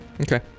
Okay